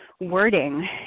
wording